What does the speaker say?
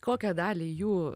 kokią dalį jų